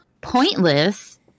pointless